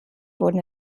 wurden